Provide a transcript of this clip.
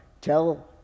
Tell